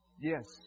Yes